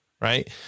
Right